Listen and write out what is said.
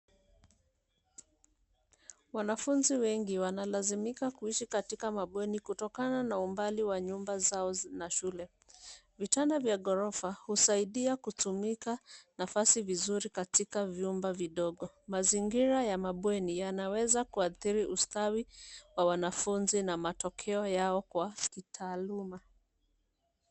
Wanafunzi wengi wanalazimika kuishi katika mabweni kutokana na umbali wa nyumba zao na shule. Vitanda vya ghorofa husaidia kutumika nafasi vizuri katika vyumba vidogo. Mazingira ya mabweni yanaweza kuadhiri ustawi wa wanafunzi na matokeo yao kwa kitaaluma.